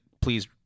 please